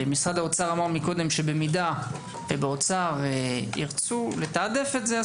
משרד האוצר אמר קודם שאם באוצר ירצו לתעדף את זה,